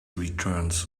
returns